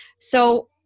So-